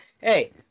hey